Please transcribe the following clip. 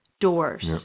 doors